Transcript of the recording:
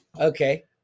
okay